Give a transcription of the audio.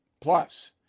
Plus